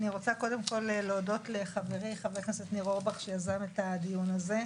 אני רוצה קודם כול להודות לחברי חבר הכנסת ניר אורבך שיזם את הדיון הזה.